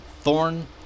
thorn